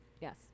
yes